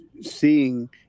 seeing